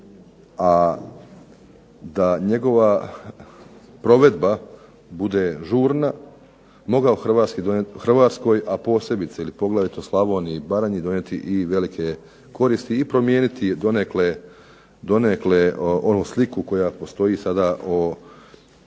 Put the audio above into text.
a da njegova provedba bude žurna mogao donijeti Hrvatskoj, a poglavito Slavoniji i Baranji donijeti i velike koristi i promijeniti je donekle onu sliku koja postoji sada o